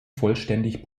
vollständig